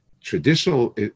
traditional